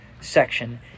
section